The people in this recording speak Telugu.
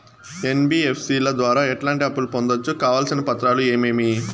ఎన్.బి.ఎఫ్.సి ల ద్వారా ఎట్లాంటి అప్పులు పొందొచ్చు? కావాల్సిన పత్రాలు ఏమేమి?